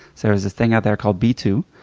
there was this thing out there called b two,